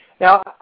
now